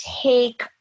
take